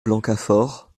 blancafort